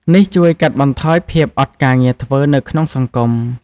នេះជួយកាត់បន្ថយភាពអត់ការងារធ្វើនៅក្នុងសង្គម។